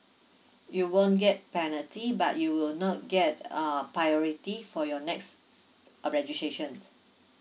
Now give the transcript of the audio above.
you won't get penalty but you will not get uh priority for your next uh registration